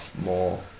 more